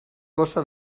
cosa